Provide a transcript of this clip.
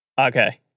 Okay